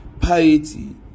piety